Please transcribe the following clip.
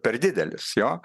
per didelis jo